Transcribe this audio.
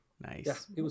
Nice